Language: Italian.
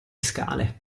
scale